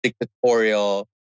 dictatorial